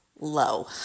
low